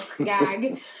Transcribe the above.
gag